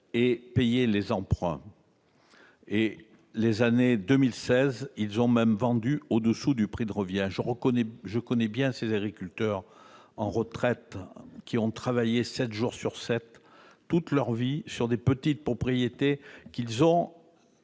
et payer les emprunts. En 2016, ils ont même vendu au-dessous du prix de revient. Je connais bien ces agriculteurs à la retraite, qui ont travaillé sept jours sur sept toute leur vie sur des petites propriétés, qu'ils ont